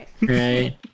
right